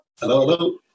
hello